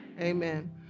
Amen